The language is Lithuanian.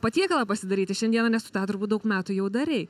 patiekalą pasidaryti šiandieną nes tu tą turbūt daug metų jau darei